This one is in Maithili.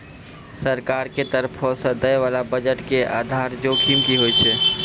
सरकार के तरफो से दै बाला बजट के आधार जोखिम कि होय छै?